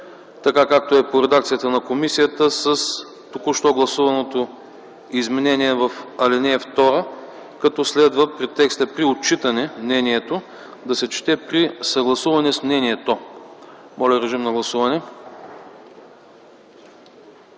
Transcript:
така както е по редакцията на комисията, с току-що гласуваното изменение в ал. 2 като следва текстът „при отчитане мнението”, да се чете „при съгласуване с мнението”. Моля режим на гласуване.